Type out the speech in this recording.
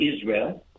Israel